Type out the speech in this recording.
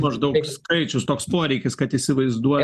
maždaug skaičius toks poreikis kad įsivaizduoja